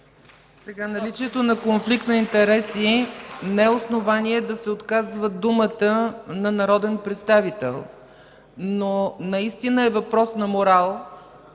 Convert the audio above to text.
Наличието на конфликт на интереси не е основание да се отказва думата на народен представител. Наистина обаче е въпрос на морал,